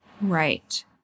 Right